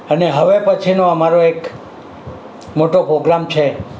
અને હવે પછીનો અમારો એક મોટો પોગ્રામ છે